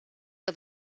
que